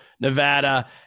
Nevada